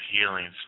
healings